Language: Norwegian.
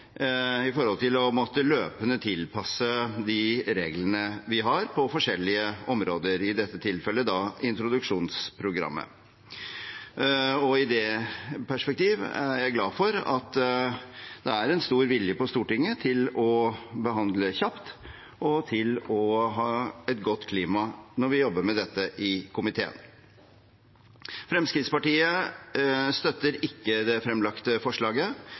å måtte tilpasse de reglene vi har på forskjellige områder, i dette tilfellet introduksjonsprogrammet. I det perspektivet er jeg glad for at det er en stor vilje på Stortinget til å behandle kjapt og ha et godt klima når vi jobber med dette i komiteen. Fremskrittspartiet støtter ikke det fremlagte forslaget,